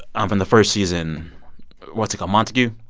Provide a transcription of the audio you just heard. um from the first season what's it called, montague?